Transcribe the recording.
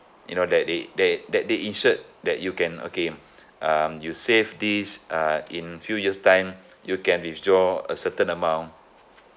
you know that they that that they insured that you can okay um you save this uh in few years time you can withdraw a certain amount